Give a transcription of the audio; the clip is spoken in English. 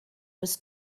was